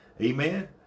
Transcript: Amen